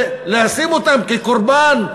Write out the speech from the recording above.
ולשים אותם כקורבן,